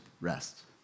Rest